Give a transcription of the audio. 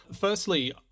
firstly